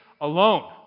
alone